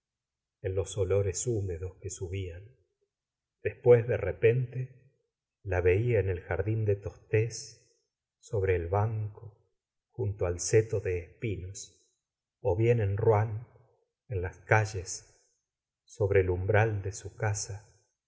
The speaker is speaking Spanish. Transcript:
en los olores húmedos que subían después de repente la veía en el jardín de tostes sobre el banco junto al seto de espinos ó bien en rouen en las calles sobre el umbral de su casa